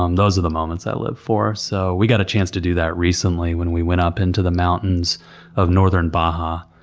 um those are the moments i live for. so we got a chance to do that recently when we went up into the mountains of northern baja.